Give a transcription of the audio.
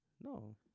No